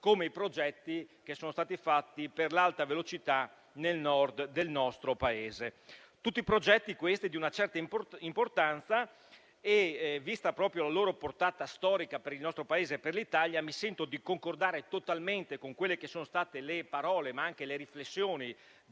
come i progetti che sono stati fatti per l'Alta velocità nel Nord del nostro Paese; tutti progetti di una certa importanza. Vista la loro portata storica per il nostro Paese e l'Italia, mi sento di concordare totalmente con quelle che sono state le parole, ma anche le riflessioni,